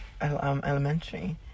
elementary